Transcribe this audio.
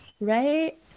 right